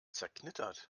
zerknittert